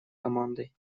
командой